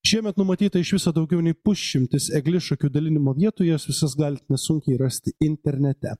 šiemet numatyta iš viso daugiau nei pusšimtis eglišakių dalinimo vietų jas visas galit nesunkiai rasti internete